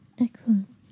Excellent